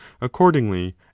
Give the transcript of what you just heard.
accordingly